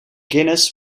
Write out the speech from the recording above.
guinness